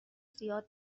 زیاد